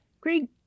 Greg